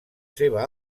seva